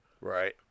right